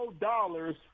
dollars